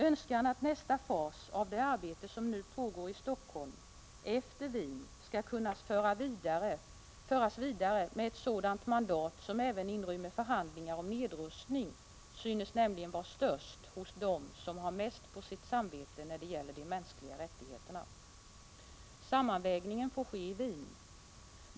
Önskan att nästa fas av det arbete som nu pågår i Helsingfors efter Wien skall kunna föras vidare, med ett sådant mandat som även inrymmer förhandlingar om nedrustning, synes nämligen vara störst hos dem som har mest på sitt samvete när det gäller de mänskliga rättigheterna. Sammanvägningen får ske i Wien.